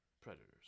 Predators